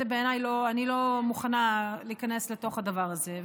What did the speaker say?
אני לא מוכנה להיכנס לתוך הדבר הזה,